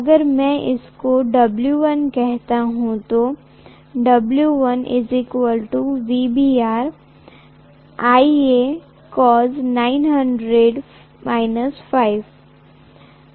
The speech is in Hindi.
अगर में इसको W1 कहता हुं तो W1 VBR I A cos900 - ϕ